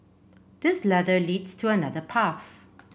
this ladder leads to another path